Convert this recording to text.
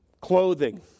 Clothing